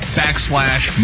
backslash